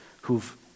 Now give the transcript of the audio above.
who've